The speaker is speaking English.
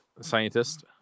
scientist